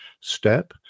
step